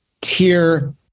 tier